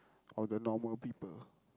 or the normal people